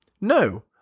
No